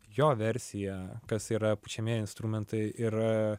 jo versiją kas yra pučiamieji instrumentai ir